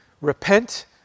repent